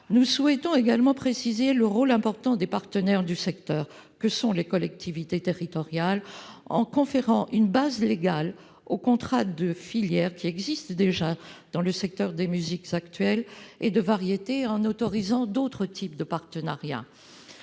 Nous souhaitons également préciser le rôle important des partenaires que sont les collectivités territoriales, en conférant une base légale aux contrats de filière qui existent déjà dans le secteur des musiques actuelles et de variétés et en autorisant d'autres types de partenariat.